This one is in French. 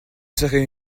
serait